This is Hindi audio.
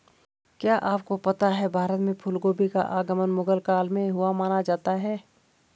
क्या आपको पता है भारत में फूलगोभी का आगमन मुगल काल में हुआ माना जाता है?